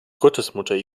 gottesmutter